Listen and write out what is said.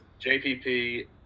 JPP